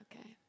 Okay